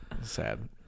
Sad